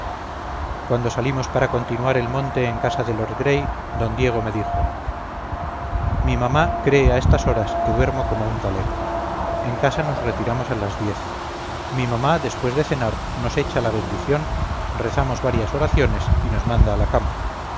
cuando salimos para continuar el monte en casa de lord gray d diego me dijo mi mamá cree a estas horas que duermo como un talego en casa nos retiramos a las diez mi mamá después de cenar nos echa la bendición rezamos varias oraciones y nos manda a la cama